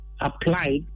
applied